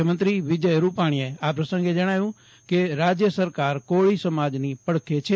મુખ્યમંત્રી વિજય રૂપાણીએ આ પ્રસંગે જણાવ્યું કે રાજ્ય સરકાર કોળી સમાજની પડખે છે